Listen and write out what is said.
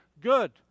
good